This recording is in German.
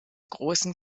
großen